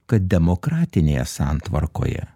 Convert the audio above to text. kad demokratinėje santvarkoje